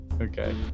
Okay